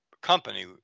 company